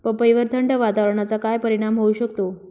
पपईवर थंड वातावरणाचा काय परिणाम होऊ शकतो?